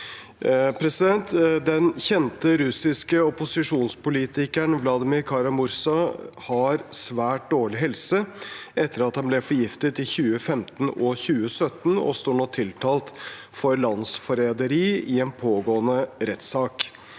spørsmålet. «Den kjente russiske opposisjonspolitikeren Vladimir Kara-Murza har svært dårlig helse etter at han ble forgiftet i 2015 og 2017, og står nå tiltalt for «landsforræderi» i en pågående rettssak.